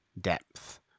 depth